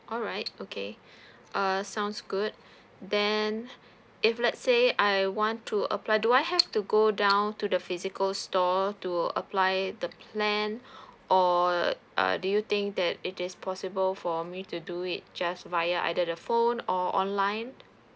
alright okay err sounds good then if let's say I want to apply do I have to go down to the physical store to apply the plan or uh do you think that it is possible for me to do it just via either the phone or online